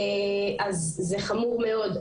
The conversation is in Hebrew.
זה חמור מאוד.